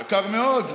יקר מאוד.